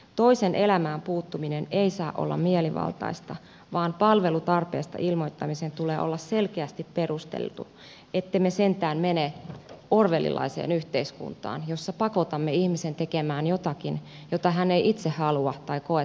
toisen elämään puuttuminen ei saa olla mielivaltaista vaan palvelutarpeesta ilmoittamisen tulee olla selkeästi perusteltu ettemme sentään mene orwellilaiseen yhteiskuntaan jossa pakotamme ihmisen tekemään jotakin jota hän ei itse halua tai koe tarvitsevansa